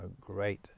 great